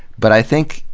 but i think,